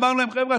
אמרנו להם: חבר'ה,